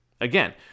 Again